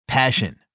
Passion